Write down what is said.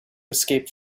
escape